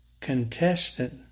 contestant